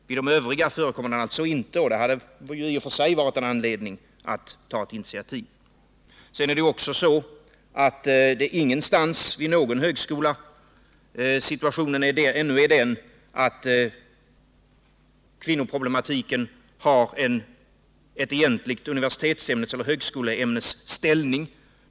Vid de övriga förekommer detta alltså inte, och det hade i och för sig varit en anledning till att ta initiativ. Sedan är situationen ingenstans, inte vid någon högskola, ännu sådan att kvinnoproblematiken har ett egentligt högskoleämnes ställning.